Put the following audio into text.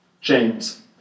James